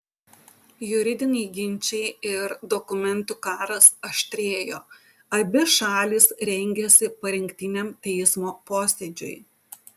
juridiniai ginčai ir dokumentų karas aštrėjo abi šalys rengėsi parengtiniam teismo posėdžiui